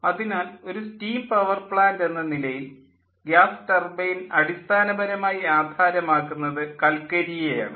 അതിനാൽ ഒരു steam power plant എന്ന നിലയിൽ ഗ്യാസ് ടർബൈൻ അടിസ്ഥാനപരമായി ആധാരമാക്കുന്നത് കൽക്കരിയെ ആണ്